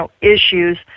issues